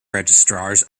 registrars